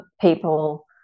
people